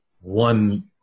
one –